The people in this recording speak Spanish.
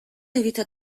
evita